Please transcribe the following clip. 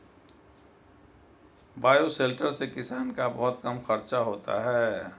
bioshelter से किसान का बहुत कम खर्चा होता है